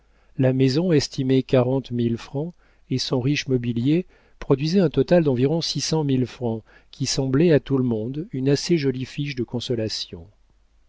la maison estimée quarante mille francs et son riche mobilier produisaient un total d'environ six cent mille francs qui semblaient à tout le monde une assez jolie fiche de consolation